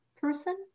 person